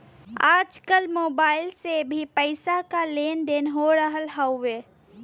आजकल मोबाइल से भी पईसा के लेन देन हो रहल हवे